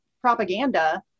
propaganda